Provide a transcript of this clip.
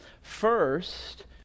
First